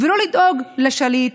ולא לדאוג לשליט,